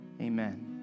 Amen